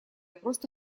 просто